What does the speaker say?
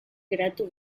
geratu